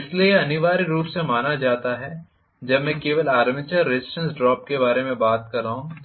इसलिए यह अनिवार्य रूप से नहीं माना जाता है जब मैं केवल आर्मेचर रेज़िस्टेन्स ड्रॉप के बारे में बात कर रहा हूं